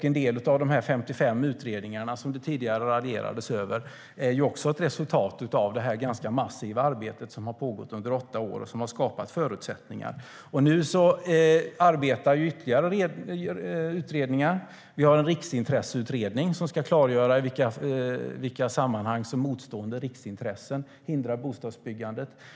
En del av de 55 utredningar som det tidigare raljerades över är också ett resultat av detta ganska massiva arbete, som har pågått under åtta år och som har skapat förutsättningar. Nu arbetar ytterligare utredningar. Vi har en riksintresseutredning som ska klargöra i vilka sammanhang som motstående riksintressen hindrar bostadsbyggande.